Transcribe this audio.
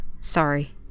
sorry